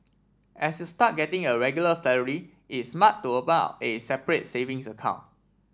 as you start getting a regular salary is smart to open up a separate savings account